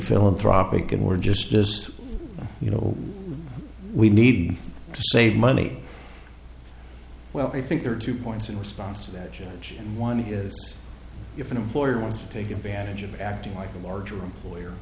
philanthropic and we're just just you know we need to save money well i think there are two points in response to that challenge and one is if an employer wants to take advantage of acting like a larger employer